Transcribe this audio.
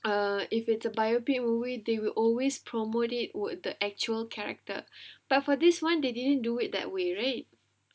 err if it's a biopic movie they will always promote it with the actual character but for this [one] they didn't do it that way right